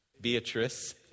Beatrice